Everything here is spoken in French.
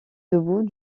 debout